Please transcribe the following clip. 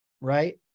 right